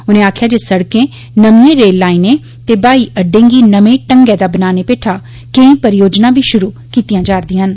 उनें आक्खेआ जे सड़कें नमिएं रेल लाईनें ते हवाई अड्डें गी नमें ढंगै दा बनाने पेठा केई परियोजनां बी शुरू कीतियां जा'रदियां न